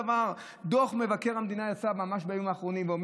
דוח מבקר המדינה יצא ממש בימים האחרונים והוא